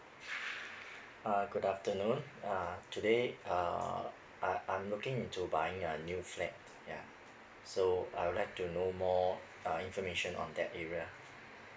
uh good afternoon uh today uh I I'm looking into buying a new flat yeah so I would like to know more uh information on that area